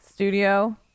studio